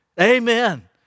Amen